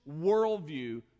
worldview